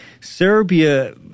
Serbia